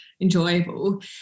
enjoyable